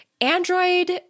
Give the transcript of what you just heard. Android